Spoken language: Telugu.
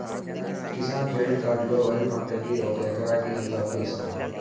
కిసాన్ క్రెడిట్ కార్డు లో వరి పంటకి ఒక ఎకరాకి ఎంత అప్పు ఇస్తారు?